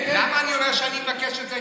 למה אני אומר שאני מבקש את זה?